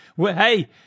Hey